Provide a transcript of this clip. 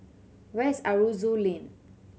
where is Aroozoo Lane